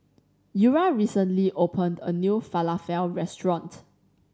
Eura recently opened a new Falafel Restaurant